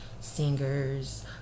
singers